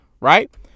right